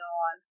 on